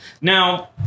Now